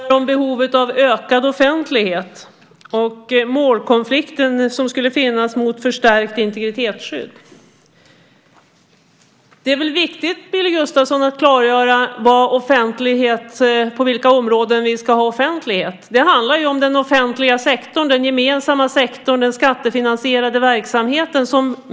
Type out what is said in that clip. Herr talman! Billy Gustafsson talar om behovet av ökad offentlighet och om den målkonflikt som skulle finnas vad gäller förstärkt integritetsskydd. Det är väl viktigt, Billy Gustafsson, att klargöra på vilka områden vi ska ha offentlighet. Det handlar ju om den offentliga sektorn, den gemensamma sektorn, den skattefinansierade verksamheten.